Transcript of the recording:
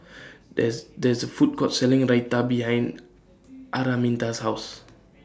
There IS There IS A Food Court Selling Raita behind Araminta's House